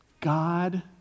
God